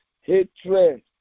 hatred